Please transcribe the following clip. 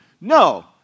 no